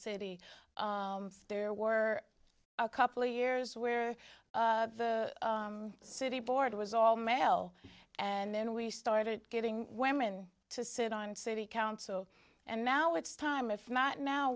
city there were a couple of years where the city board was all male and then we started getting women to sit on city council and now it's time if not now